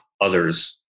others